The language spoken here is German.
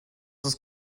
ist